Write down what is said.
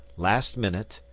last minute,